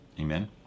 Amen